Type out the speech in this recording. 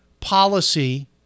policy